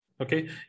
okay